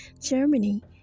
Germany